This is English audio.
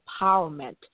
empowerment